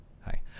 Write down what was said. hi